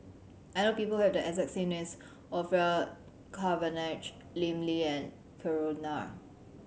I know people who have the exact name as Orfeur Cavenagh Lim Lee Kram Nair